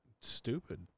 stupid